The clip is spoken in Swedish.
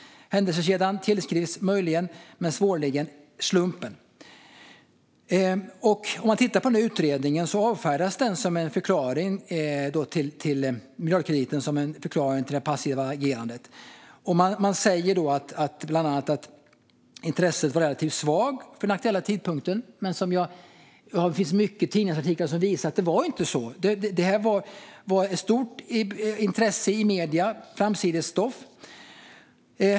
Händelsekedjan tillskrivs möjligen men svårligen slumpen. I utredningen avfärdas miljardkrediten som en förklaring till det passiva agerandet. Man säger bland annat att intresset vid den aktuella tidpunkten var relativt svagt. Men det finns många tidningsartiklar som visar att det inte var så. Medierna visade stort intresse, och det var framsidesstoff.